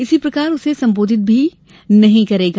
इसी प्रकार उसे सम्बोधित भी नही करेगा